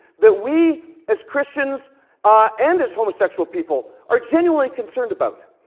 that we as christians ah and as homosexual people are genuinely concerned about.